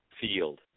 field